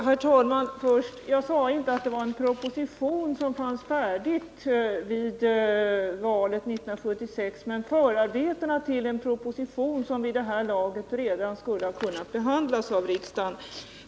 Herr talman! Jag sade inte att det var en proposition som fanns färdig vid valet 1976, utan jag talade om förarbetena till en proposition som vid det här laget redan skulle ha kunnat vara behandlad av riksdagen.